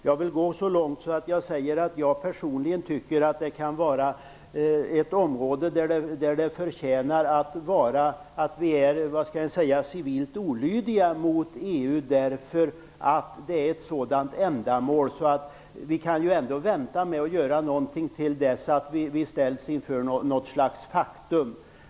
Jag vill gå så långt som att säga att jag personligen tycker att detta kan vara ett område där det, med tanke på ändamålet, förtjänar att vara civilt olydig mot EU. Vi kan vänta med att göra någonting tills vi ställs inför något slags faktum.